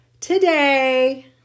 Today